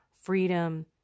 freedom